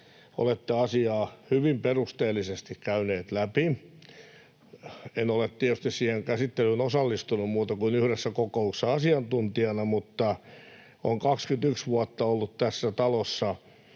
olette asiaa hyvin perusteellisesti käyneet läpi. En ole tietysti siihen käsittelyyn osallistunut muuten kuin yhdessä kokouksessa asiantuntijana, mutta olen 21 vuotta ollut tässä talossa